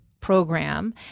program